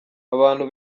abantu